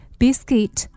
biscuit